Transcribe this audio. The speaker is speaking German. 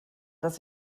dass